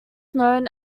known